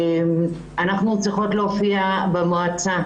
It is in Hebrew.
אנחנו צריכות להופיע במועצה,